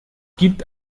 gibt